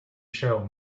show